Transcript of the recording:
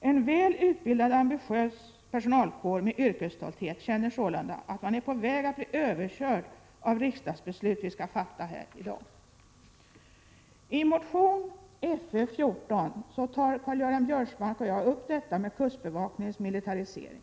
En väl utbildad, ambitiös personalkår med yrkesstolthet känner sålunda att den är på väg att bli överkörd av de riksdagsbeslut som vi skall fatta här i dag. I motion Föl4 tar Karl-Göran Biörsmark och jag upp kustbevakningens militarisering.